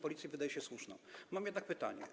Policji wydaje się słuszna, mam jednak pytanie.